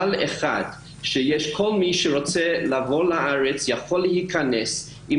כלל אחד שכל מי שרוצה לבוא לארץ יכול להיכנס אם